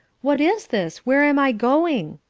what is this? where am i going?